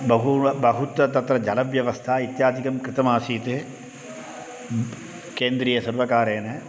बहवः बहुत्र तत्र जलव्यवस्था इत्यादिकं कृतमासीत् केन्द्रीयसर्वकारेण